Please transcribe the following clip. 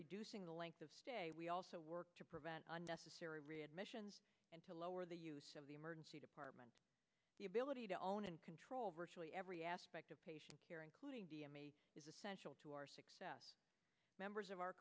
reducing the length of stay we also work to prevent unnecessary readmissions and to lower the use of the emergency department the ability to own and control virtually every aspect of patients here including is essential to our success members of our